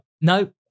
no